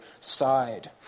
side